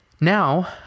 Now